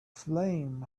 flame